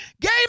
game